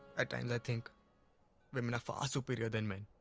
at times i think women are far superior than men.